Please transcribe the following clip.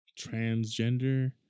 transgender